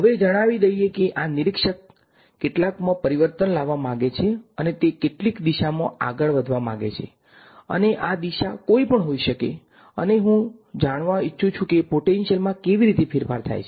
હવે જણાવી દઈએ કે આ નિરીક્ષક કેટલાકમાં પરિવર્તન લાવવા માંગે છે અને તે કેટલીક દિશામાં આગળ વધવા માંગે છે અને આ દિશા કોઈ પણ હોઈ શકે છે અને હું જાણવું ઇચ્છું છું કે પોટેન્શીયલ માં કેવી રીતે ફેરફાર થાય છે